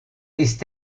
ist